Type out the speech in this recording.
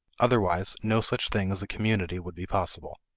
otherwise, no such thing as a community would be possible.